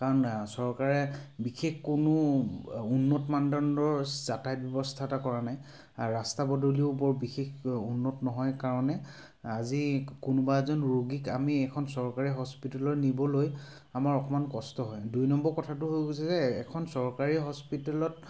কাৰণ চৰকাৰে বিশেষ কোনো উন্নত মানদণ্ডৰ যাতায়াত ব্যৱস্থা এটা কৰা নাই আৰু ৰাস্তা পদূলিও বৰ বিশেষ উন্নত নহয় কাৰণে আজি কোনোবা এজন ৰোগীক আমি এখন চৰকাৰী হস্পিটেললৈ নিবলৈ আমাৰ অকণমান কষ্ট হয় দুই নম্বৰ কথাটো হৈ গৈছে যে এখন চৰকাৰী হস্পিটেলত